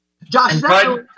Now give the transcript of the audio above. Josh